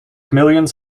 millions